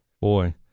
boy